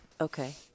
Okay